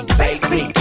baby